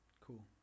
Cool